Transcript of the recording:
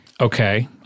Okay